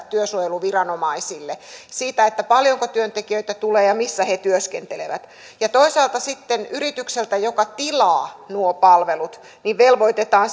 työsuojeluviranomaisille siitä paljonko työntekijöitä tulee ja missä he työskentelevät toisaalta sitten yritykseltä joka tilaa nuo palvelut velvoitetaan